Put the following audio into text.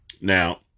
now